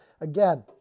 again